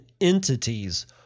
entities